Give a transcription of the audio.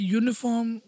uniform